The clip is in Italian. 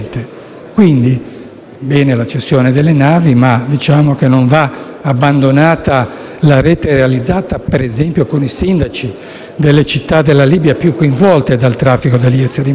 quindi la cessione delle navi, ma non va abbandonata la rete realizzata, ad esempio, con i sindaci delle città della Libia più coinvolte dal traffico degli esseri umani